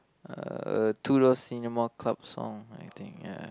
uh Two Door Cinema Club song I think ya